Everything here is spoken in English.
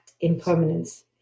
impermanence